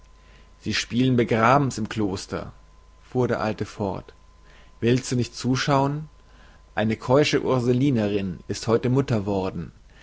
sie spielen begrabens im kloster fuhr der alte fort willst du nicht zuschauen eine keusche urselinerinn ist heute mutter worden